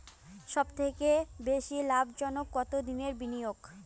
সবথেকে বেশি লাভজনক কতদিনের বিনিয়োগ?